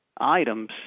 items